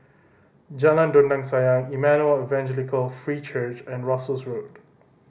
Jalan Dondang Sayang Emmanuel Evangelical Free Church and Russels Road